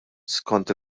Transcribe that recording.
skont